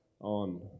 on